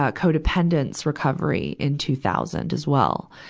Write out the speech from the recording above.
ah codependence recovery in two thousand as well.